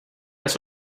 has